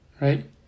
Right